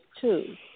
two